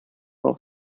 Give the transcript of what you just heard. auch